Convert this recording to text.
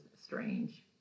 strange